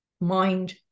mind